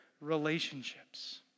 relationships